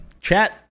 chat